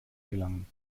gelangen